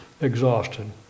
exhausted